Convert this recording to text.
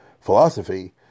philosophy